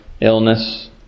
illness